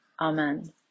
Amen